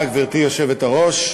גברתי היושבת-ראש,